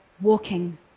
walking